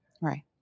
Right